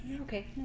Okay